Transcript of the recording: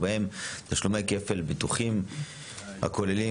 ובהם תשלומי כפל ביטוחים הכוללים